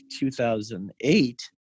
2008